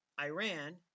Iran